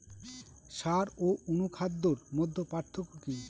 সার ও অনুখাদ্যের মধ্যে পার্থক্য কি?